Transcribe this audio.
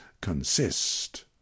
consist